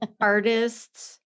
artists